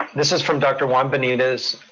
this is from dr. juan benitez,